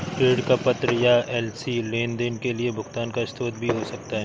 credit का पत्र या एल.सी लेनदेन के लिए भुगतान का स्रोत भी हो सकता है